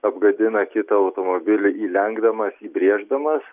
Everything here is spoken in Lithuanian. apgadina kitą automobilį įlenkdamas įbrėždamas